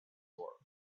war